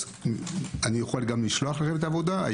אפשר גם לשלוח לכם את העבודה,